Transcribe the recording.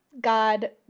God